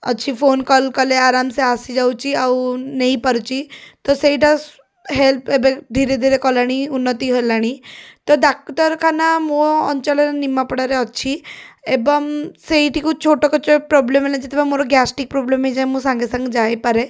ଅଛି phone call କଲେ ଆରାମସେ ଆସିଯାଉଛି ଆଉ ନେଇପାରୁଛି ତ ସେଇଟା ହେଲ୍ପ ଏବେ ଧିରେଧିରେ କଲେଣି ଉନ୍ନତି ହେଲାଣି ତ ଡାକ୍ତରଖାନା ମୋ ଅଞ୍ଚଳ ନିମାପଡ଼ାରେ ଅଛି ଏବଂ ସେଇଠିକୁ ଛୋଟ କିଛି ପ୍ରୋବ୍ଲେମ୍ ହେଲେ ଯଦି ବା ମୋର ଗ୍ୟାସ୍ଟ୍ରିକ୍ ପ୍ରୋବ୍ଲେମ୍ ହେଇଯାଏ ମୁଁ ସାଙ୍ଗେସାଙ୍ଗେ ଯାଇପାରେ